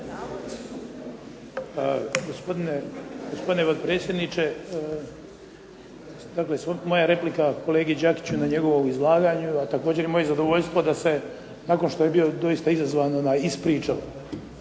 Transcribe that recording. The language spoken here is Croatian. Gospodine potpredsjedniče, dakle moja replika kolegi Đakiću na njegovom izlaganju, a također i moje zadovoljstvo da se nakon što je bio doista izazvan i s pričom.